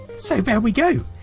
so there we go,